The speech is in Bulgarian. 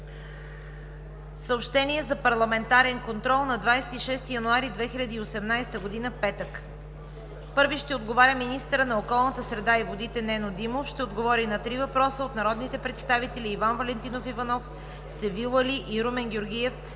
Съобщение за парламентарен контрол на 26 януари 2018 г., петък: Първи ще отговаря министърът на околната среда и водите Нено Димов на три въпроса от народните представители Иван Валентинов Иванов, Севил Али и Румен Георгиев;